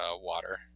water